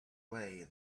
way